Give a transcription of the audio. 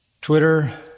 Twitter